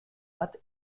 bat